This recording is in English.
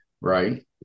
Right